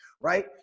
right